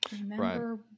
remember